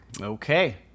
Okay